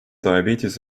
diabetes